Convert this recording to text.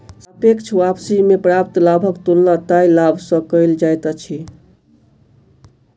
सापेक्ष वापसी में प्राप्त लाभक तुलना तय लाभ सॅ कएल जाइत अछि